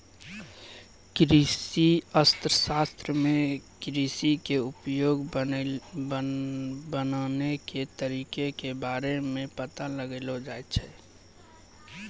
कृषि अर्थशास्त्रो मे कृषि के उपयोगी बनाबै के तरिका के बारे मे पता लगैलो जाय छै